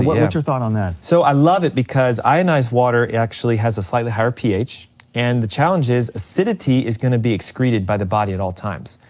what's your thought on that? so i love it because ionized water actually has a slightly higher ph and the challenge is acidity is gonna be excreted by the body at all times.